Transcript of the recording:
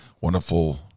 Wonderful